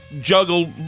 juggle